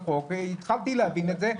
והתחלתי להבין את זה.